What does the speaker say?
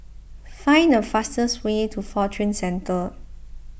find the fastest way to Fortune Centre